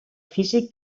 físic